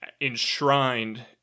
enshrined